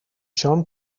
شام